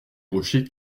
rochers